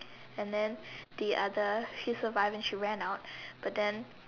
and then the other she's survived and she ran out but then